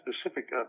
specific